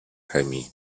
chemii